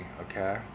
Okay